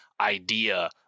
idea